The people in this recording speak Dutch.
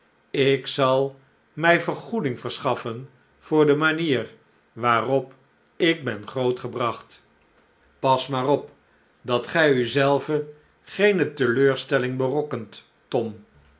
ik zal mij vergoeding verschaffen voor de manier waarop ik ben grootgebracht pas maar op dat gij u zelven geene teleurstelling berokkent tom